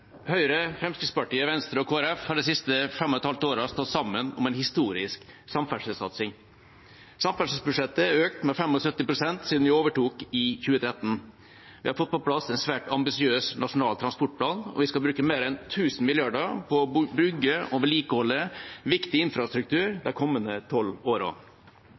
Høyre, Fremskrittspartiet, Venstre og Kristelig Folkeparti har de siste fem og et halvt årene stått sammen om en historisk samferdselssatsing. Samferdselsbudsjettet er økt med 75 pst. siden vi overtok i 2013. Vi har fått på plass en svært ambisiøs Nasjonal transportplan, og vi skal bruke mer enn 1 000 mrd. kr på å bygge og vedlikeholde viktig infrastruktur de kommende tolv